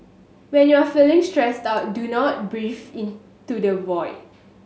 when you are feeling stressed out do not breathe into the void